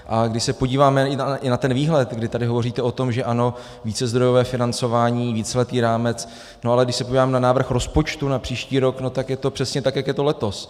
A když se podíváme i na ten výhled, kdy tady hovoříte o tom, že ano, vícezdrojové financování, víceletý rámec ale když se podívám na návrh rozpočtu na příští rok, tak je to přesně tak, jak je to letos.